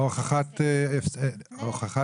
או הוכחת נזק.